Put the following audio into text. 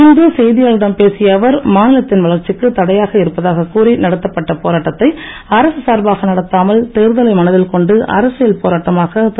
இன்று செய்தியாளர்களிடம் பேசிய அவர் மாநிலத்தின் வளர்ச்சிக்கு தடையாக இருப்பதாக கூறி நடத்தப்பட்ட போராட்டத்தை அரசு சார்பாக நடத்தாமல் தேர்தலை மனதில் கொண்டு அரசியல் போராட்டமாக திரு